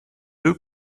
deux